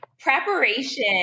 preparation